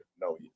No